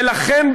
ולכן,